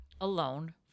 alone